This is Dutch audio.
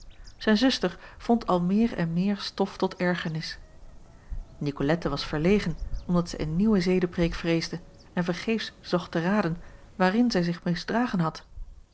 zijn zuster vond al meer en meer stof tot ergernis nicolette was verlegen omdat zij een nieuwe zedepreêk vreesde en vergeefs zocht te raden waarin zij zich misdragen had